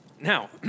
Now